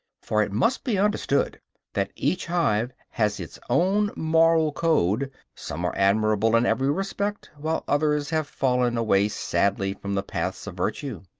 for it must be understood that each hive has its own moral code some are admirable in every respect, while others have fallen away sadly from the paths of virtue.